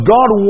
God